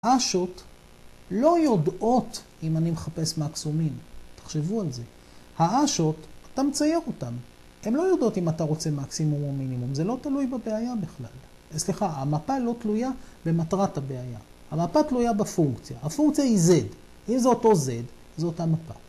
‫האשות לא יודעות אם אני מחפש ‫מקסימום מינימום, תחשבו על זה. ‫האשות, אתה מצייר אותן, ‫הן לא יודעות אם אתה רוצה ‫מקסימום או מינימום, ‫זה לא תלוי בבעיה בכלל. ‫סליחה, המפה לא תלויה ‫במטרת הבעיה, ‫המפה תלויה בפונקציה, ‫הפונקציה היא Z. ‫אם זה אותו Z, זו אותה מפה.